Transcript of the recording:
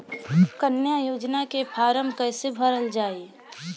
कन्या योजना के फारम् कैसे भरल जाई?